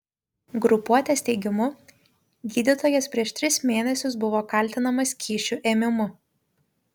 grupuotės teigimu gydytojas prieš tris mėnesius buvo kaltinamas kyšių ėmimu